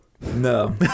No